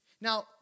Now